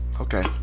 okay